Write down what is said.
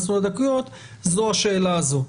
זו השאלה הזו.